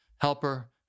helper